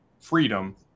freedom